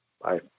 Bye